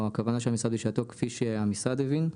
כפי שהמשרד הבין,